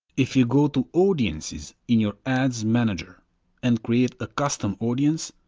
if you go to audiences in your ads manager and create a custom audience,